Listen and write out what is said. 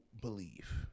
believe